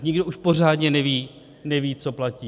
Nikdo už pořádně neví, co platí.